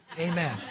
Amen